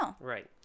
Right